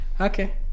Okay